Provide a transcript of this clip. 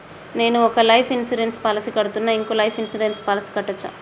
నేను ఒక life insurance policy కడ్తున్నా, ఇంకో లైఫ్ ఇన్సూరెన్స్ పాలసీ కట్టొచ్చా?